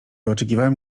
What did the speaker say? oczekiwałem